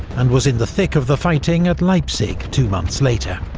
and was in the thick of the fighting at leipzig two months later.